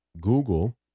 Google